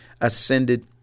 ascended